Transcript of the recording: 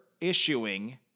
issuing